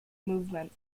movement